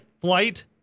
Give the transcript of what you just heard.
flight